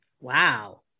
Wow